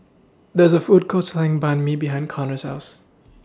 There's A Food Court Selling Banh MI behind Conner's House